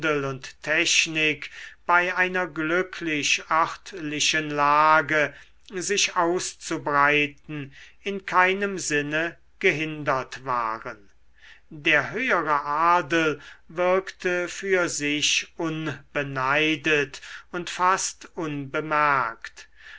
und technik bei einer glücklich örtlichen lage sich auszubreiten in keinem sinne gehindert waren der höhere adel wirkte für sich unbeneidet und fast unbemerkt